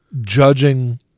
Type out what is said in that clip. judging